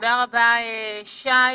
תודה רבה, שי.